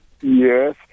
Yes